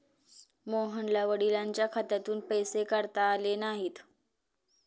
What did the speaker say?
मोहनला वडिलांच्या खात्यातून पैसे काढता आले नाहीत